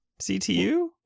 CTU